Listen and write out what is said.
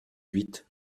huit